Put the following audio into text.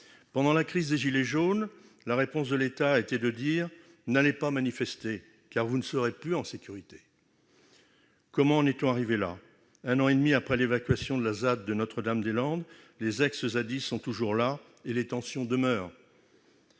Pendant la crise des « gilets jaunes », la réponse de l'État a été de dire : n'allez pas manifester, car vous ne serez plus en sécurité. Comment en est-on arrivé là ? Un an et demi après l'évacuation de la ZAD de Notre-Dame-des-Landes, les ex-zadistes sont toujours présents et les tensions demeurent.